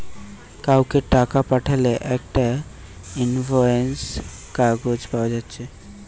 কাউকে টাকা পাঠালে একটা ইনভয়েস কাগজ পায়া যাচ্ছে